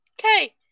Okay